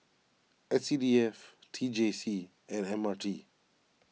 S C D F T J C and M R G